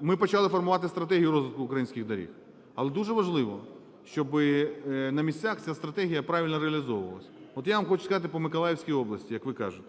ми почали формувати стратегію розвитку українських доріг. Але дуже важливо, щоби на місцях ця стратегія правильно реалізовувалась. От я вам хочу сказати по Миколаївській області, як ви кажете.